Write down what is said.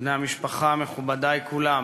בני המשפחה, מכובדי כולם,